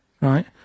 right